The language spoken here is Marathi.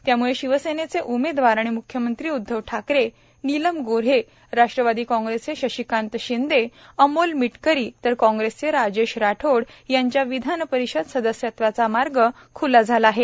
त्यामूळे शिवसेनेचे उमेदवार आणि म्ख्यमंत्री उद्वव ठाकरे नीलम गोऱ्हे राष्ट्रवादी काँग्रेसचे शशिकांत शिंदे अमोल मिटकरी तर काँग्रेसचे राजेश राठोड यांच्या विधान परिषद सदस्यत्वाचा मार्ग ख्ला झाला आहे